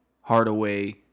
Hardaway